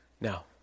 Now